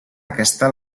aquesta